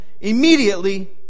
immediately